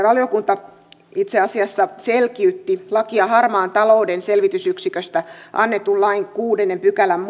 valiokunta selkiytti lakia harmaan talouden selvitysyksiköstä annetun lain kuudennen pykälän